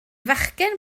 fachgen